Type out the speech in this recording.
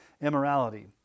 immorality